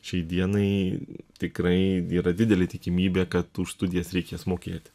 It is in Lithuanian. šiai dienai tikrai yra didelė tikimybė kad už studijas reikės mokėti